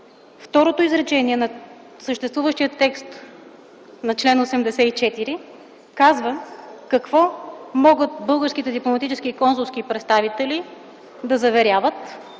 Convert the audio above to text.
Второто изречение на съществуващия текст на чл. 84 казва какво могат българските дипломатически и консулски представители да заверяват,